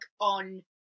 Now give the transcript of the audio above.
on